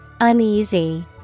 Uneasy